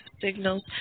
signals